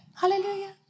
Hallelujah